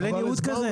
אבל אין ייעוד כזה.